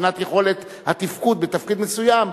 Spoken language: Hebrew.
מבחינת יכולת התפקוד בתפקיד מסוים,